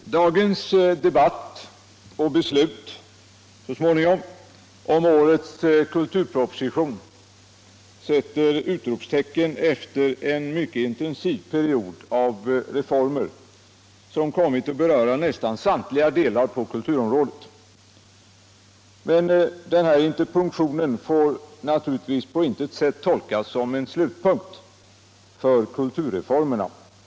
Herr talman! Dagens debatt och beslut så småningom om årets kulturproposition sätter utropstecken efter en mycket intensiv period av reformer, som har kommit att beröra nästan samtliga avsnitt av kulturområdet. Men denna interpunktion får naturligtvis på intet sätt tolkas såsom en slutpunkt för kulturreformerna.